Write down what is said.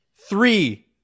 Three